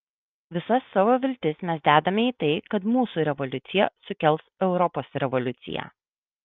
visas savo viltis mes dedame į tai kad mūsų revoliucija sukels europos revoliuciją